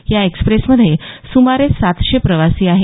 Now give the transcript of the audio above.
या एक्सप्रेसमध्ये सुमारे सातशे प्रवासी आहेत